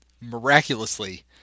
miraculously